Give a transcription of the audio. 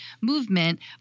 movement